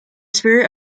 spirit